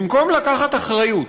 במקום לקחת אחריות,